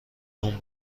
اون